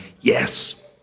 yes